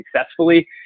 successfully